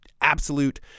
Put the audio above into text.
absolute